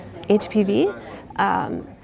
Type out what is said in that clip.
HPV